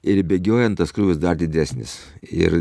ir bėgiojant tas krūvis dar didesnis ir